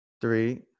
Three